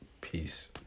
Peace